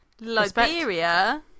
liberia